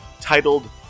titled